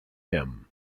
him